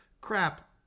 crap